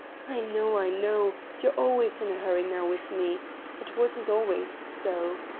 i know, i know you're always in a hurry now with me it wasn't always so.